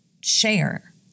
share